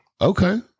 Okay